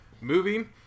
moving